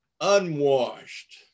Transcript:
unwashed